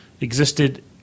existed